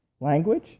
language